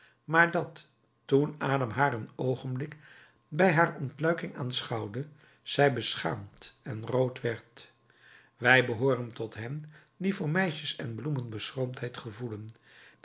maar dat toen adam haar een oogenblik bij haar ontluiking aanschouwde zij beschaamd en rood werd wij behooren tot hen die voor meisjes en bloemen beschroomdheid gevoelen